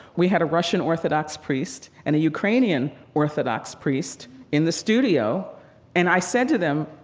we had a russian orthodox priest, and a ukrainian orthodox priest in the studio and i said to them,